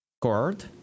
Cord